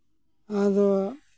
ᱟᱫᱚ